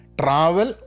travel